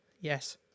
yes